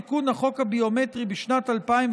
הסיבה להבחנה היא שבעת תיקון החוק הביומטרי בשנת 2017